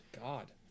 god